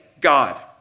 God